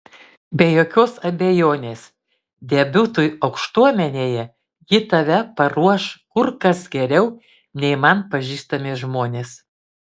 be jokios abejonės debiutui aukštuomenėje ji tave paruoš kur kas geriau nei man pažįstami žmonės